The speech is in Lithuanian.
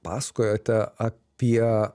pasakojote apie